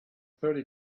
thirty